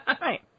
Right